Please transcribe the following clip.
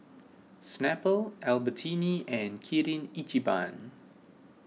Snapple Albertini and Kirin Ichiban